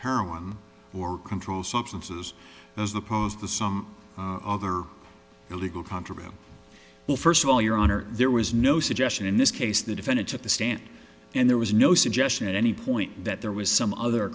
heroin or controlled substances as opposed to some other illegal contraband well first of all your honor there was no suggestion in this case the defendant took the stand and there was no suggestion at any point that there was some other